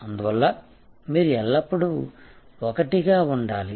అందువల్ల మీరు ఎల్లప్పుడూ ఒకటిగా ఉండాలి